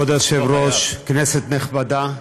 כבוד היושב-ראש, כנסת נכבדה,